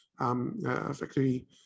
effectively